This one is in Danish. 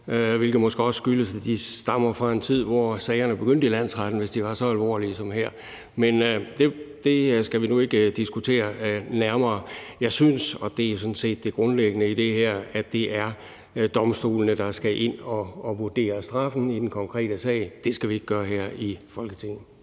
hvilket måske også skyldes, at de stammer fra en tid, hvor sagerne begyndte i landsretten, hvis de var så alvorlige som her. Men det skal vi nu ikke diskutere nærmere. Jeg synes – og det er jo sådan set det grundlæggende i det her – at det er domstolene, der skal ind og vurdere straffen i den konkrete sag. Det skal vi ikke gøre her i Folketinget.